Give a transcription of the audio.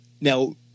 now